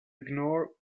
ignore